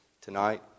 tonight